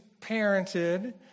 parented